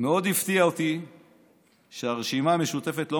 מאוד הפתיע אותי שהרשימה המשותפת לא